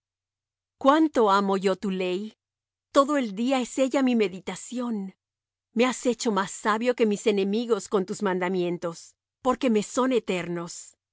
cuánto amo yo tu ley todo el día es ella mi meditación me has hecho más sabio que mis enemigos con tus mandamientos porque me son eternos